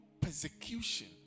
persecution